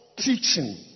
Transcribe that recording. teaching